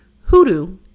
hoodoo